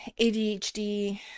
ADHD